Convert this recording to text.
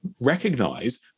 recognize